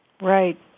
right